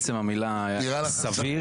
עצם המילה סביר,